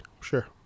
Sure